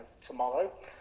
Tomorrow